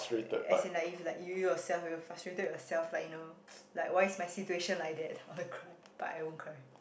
as in like if like you yourself will you frustrated with yourself like you know like why is your situation like that so you want to cry but I won't cry